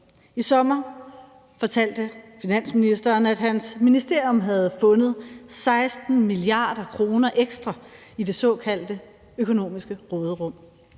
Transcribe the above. I sommer fortalte finansministeren, at hans ministerium havde fundet 16 mia. kr. ekstra i det såkaldte økonomiske råderum.